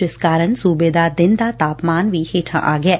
ਜਿਸ ਕਾਰਨ ਸੁਬੇ ਦਾ ਦਿਨ ਦਾ ਤਾਪਮਾਨ ਵੀ ਹੇਠਾਂ ਆ ਗਿਐ